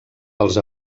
pels